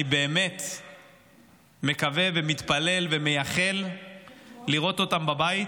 אני באמת מקווה, מתפלל ומייחל לראות אותם בבית.